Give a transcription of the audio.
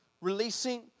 Releasing